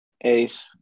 Ace